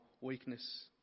weakness